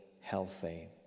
healthy